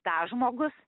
tą žmogus